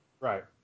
Right